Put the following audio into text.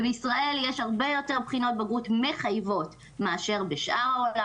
ובישראל יש הרבה יותר בחינות בגרות מחייבות מאשר בשאר העולם